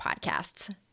podcasts